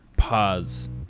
pause